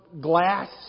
glass